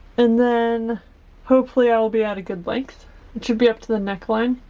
and then hopefully i'll be at good length. it should be up to the neckline.